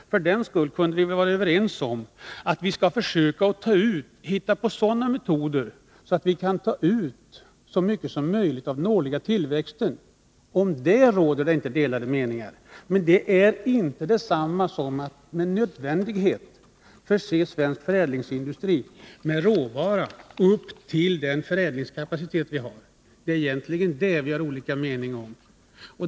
För den skull kunde vi väl vara överens om att försöka hitta på metoder som gör att vi kan ta ut så mycket som möjligt av den årliga tillväxten. Om det råder inga delade meningar. Men det är inte detsamma som att med nödvändighet förse svensk förädlingsindustri med råvara upp till den förädlingskapacitet vi har. Det är egentligen det som vi har olika meningar om.